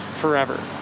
forever